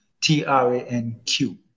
T-R-A-N-Q